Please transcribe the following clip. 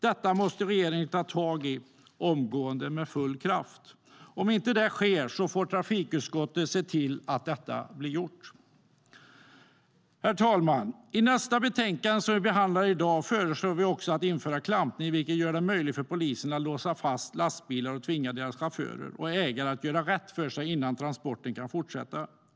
Detta måste regeringen ta tag i omgående med full kraft. Om inte det sker får trafikutskottet se till att det blir gjort. Herr talman! I nästa betänkande som vi ska behandla i dag föreslår vi att klampning ska införas, vilket gör det möjligt för polisen att låsa fast lastbilar och tvinga deras chaufförer och ägare att göra rätt för sig innan transporten kan fortsätta.